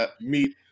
meet